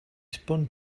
spun